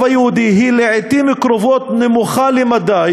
היהודי היא לעתים קרובות נמוכה למדי"